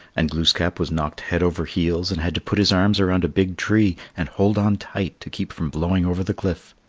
and glooskap was knocked head over heels and had to put his arms around a big tree and hold on tight to keep from blowing over the cliff.